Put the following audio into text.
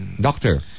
Doctor